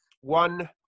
One